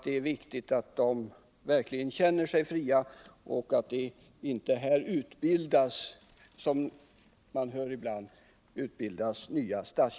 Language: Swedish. De skall verkligen känna sig fria, så att det inte utbildas nya statskyrkor, som man ibland hör sägas.